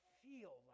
feel